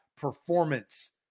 performance